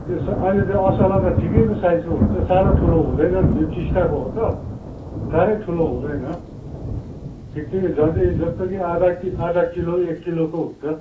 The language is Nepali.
त्यो छ अहिले त असला त ठिकैको साइजको हुन्छ साह्रो ठुलो हुँदैन नि यो टिस्टाको हो त साह्रै ठुलो हुँदैन ठिकठिकैको झन्डै जस्तो कि आधा कि आधा किलो एक किलोको हुन्छ